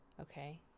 Okay